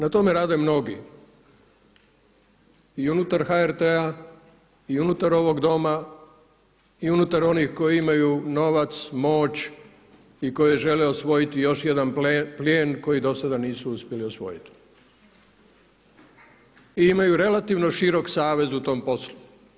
Na tome rade mnogi i unutar HRT-a i unutar ovog Doma i unutar onih koji imaju novac, moć i koji žele osvojiti još jedan plijen koji do sada nisu uspjeli osvojiti i imaju relativno širok savez u tom poslu.